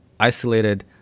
isolated